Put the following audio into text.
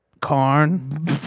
Karn